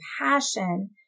passion